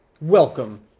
Welcome